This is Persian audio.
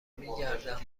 میگردم